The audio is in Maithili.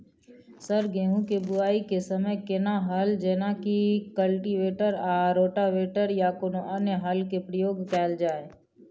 सर गेहूं के बुआई के समय केना हल जेनाकी कल्टिवेटर आ रोटावेटर या कोनो अन्य हल के प्रयोग कैल जाए?